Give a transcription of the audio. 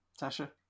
Tasha